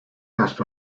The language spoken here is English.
must